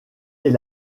est